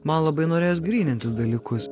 man labai norėjos grynintis dalykus